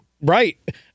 Right